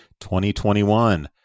2021